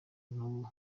n’ubu